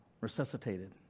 resuscitated